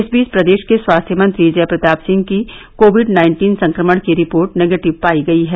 इस बीच प्रदेश के स्वास्थ्य मंत्री जय प्रताप सिंह की कोविड नाइन्टीन सक्रमण की रिपोर्ट निगेटिव पाई गई है